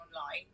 online